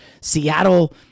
Seattle